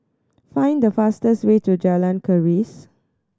find the fastest way to Jalan Keris